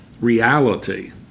reality